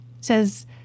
says